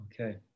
okay